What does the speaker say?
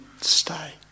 stay